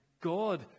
God